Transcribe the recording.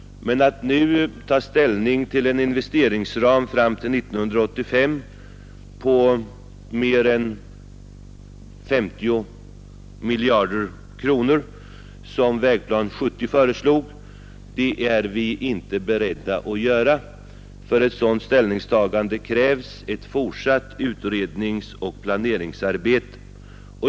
Men att nu ta ställning till en investeringsram fram till 1985 på mer än 50 miljarder kronor, som Vägplan 1970 föreslog, är vi inte beredda att göra. För ett sådant ställningstagande krävs ett fortsatt utredningsoch planeringsarbete.